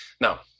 now